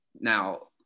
Now